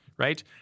Right